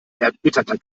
erbitterter